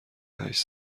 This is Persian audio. هشت